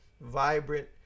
vibrant